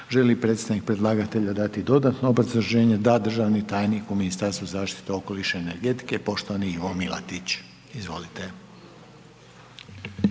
li predstavnik predlagatelja dati dodatno obrazloženje? Da, državni tajnik u Ministarstvu zaštite okoliša i energetike poštovani Ivo Milatić. Izvolite.